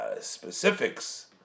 specifics